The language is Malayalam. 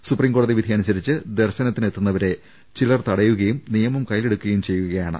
സുപ്രീം കോടതി വിധി അനുസരിച്ച് ദർശനത്തിനെത്തുന്നവരെ ചിലർ തടയുകയും നിയമം കയ്യിലെടുക്കുകയും ചെയ്യുകയാണ്